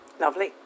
Lovely